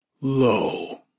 Lo